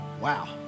wow